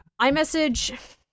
iMessage